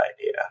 idea